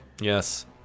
yes